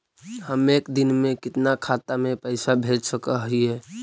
हम एक दिन में कितना खाता में पैसा भेज सक हिय?